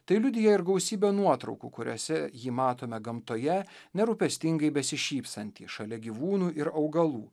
tai liudija ir gausybė nuotraukų kuriose jį matome gamtoje nerūpestingai besišypsantį šalia gyvūnų ir augalų